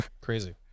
Crazy